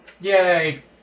Yay